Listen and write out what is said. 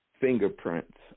fingerprints